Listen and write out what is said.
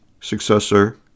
successor